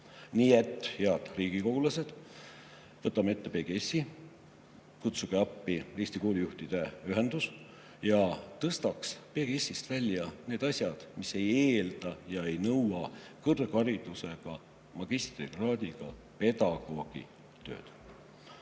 Nii et, head riigikogulased, võtame ette PGS-i. Kutsuge appi Eesti Koolijuhtide Ühendus ja tõstaks PGS-ist välja need asjad, mis ei eelda ega nõua kõrgharidusega, magistrikraadiga pedagoogi tööd.